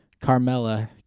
Carmella